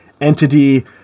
entity